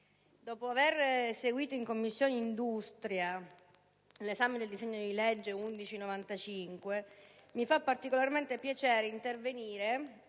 dopo aver seguito in Commissione industria l'esame del disegno di legge n. 1195, mi fa particolarmente piacere intervenire